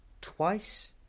twice